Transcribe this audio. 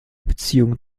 beziehung